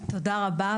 תודה רבה.